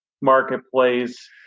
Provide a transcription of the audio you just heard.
marketplace